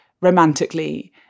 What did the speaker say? romantically